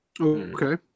Okay